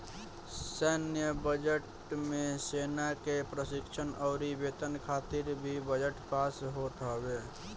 सैन्य बजट मे सेना के प्रशिक्षण अउरी वेतन खातिर भी बजट पास होत हवे